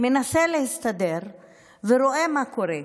שמנסה להסתדר ורואה מה קורה,